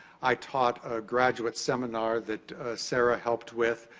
i taught a graduate seminar that sarah helped with.